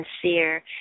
sincere